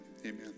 amen